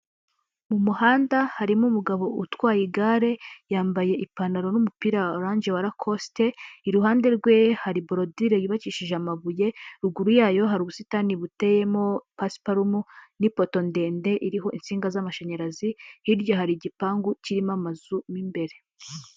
Mu muhanda harimo umugabo utwaye igare, yambaye ipantaro n'umupira wa oranje wa lakosite, iruhande rwe hari borodire yubakishije amabuye, ruguru yayo hari ubusitani buteyemo pasiparumu n'ipoto ndende iriho insinga z'amashanyarazi, hirya hari igipangu kirimo amazu mo imbere.